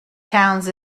towns